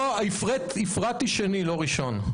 הפרעתי שני, לא ראשון.